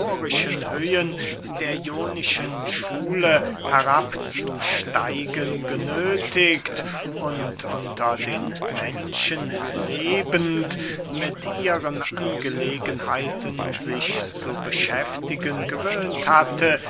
höhen der ionischen schule herabzusteigen genöthigt und unter den menschen lebend mit ihren angelegenheiten sich zu beschäftigen gewöhnt hatte